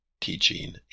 teaching